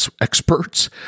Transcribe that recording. experts